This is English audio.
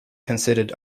considered